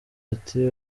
ati